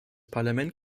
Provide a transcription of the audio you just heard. parlament